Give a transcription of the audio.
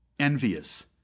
Envious